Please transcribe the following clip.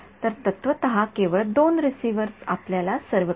तर तत्वतः केवळ दोन रिसीव्हर्स आपल्याला सर्वकाही मिळतील